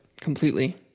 completely